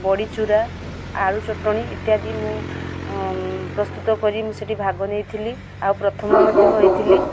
ବଡ଼ି ଚୁରା ଆଳୁ ଚଟଣୀ ଇତ୍ୟାଦି ମୁଁ ପ୍ରସ୍ତୁତ କରି ମୁଁ ସେଇଠି ଭାଗ ନେଇଥିଲି ଆଉ ପ୍ରଥମ ମଧ୍ୟ ହୋଇଥିଲି